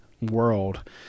world